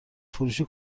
فروشی